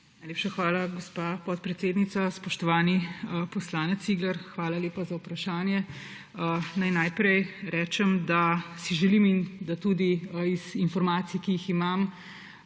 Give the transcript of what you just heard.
Najlepša hvala, gospa podpredsednica. Spoštovani poslanec Cigler, hvala lepa za vprašanje! Naj najprej rečem, da si želim in da tudi iz informacij, ki jih imam,